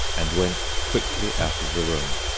and went quickly out of the room.